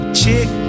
chick